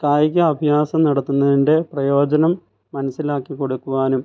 കായികാഭ്യാസം നടത്തുന്നതിൻ്റെ പ്രയോജനം മനസ്സിലാക്കിക്കൊടുക്കുവാനും